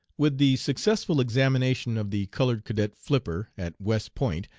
with the successful examination of the colored cadet flipper, at west point,